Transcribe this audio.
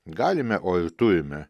galime o ir turime